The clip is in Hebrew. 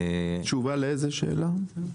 תשובה לאיזו שאלה?